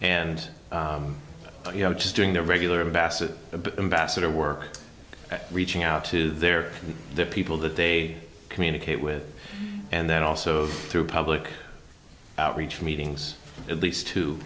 and you know just doing the regular bass of the ambassador work reaching out to their the people that they communicate with and then also through public outreach meetings at least two